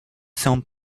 sont